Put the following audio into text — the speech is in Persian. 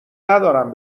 ندارم